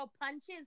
punches